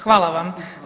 Hvala vam.